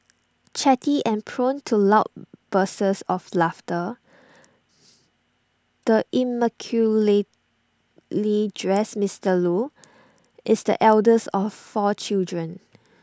chatty and prone to loud bursts of laughter the immaculately dressed Mister Loo is the eldest of four children